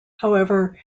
however